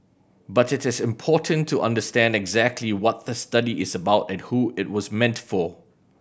but it is important to understand exactly what the study is about and who it was meant for